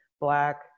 Black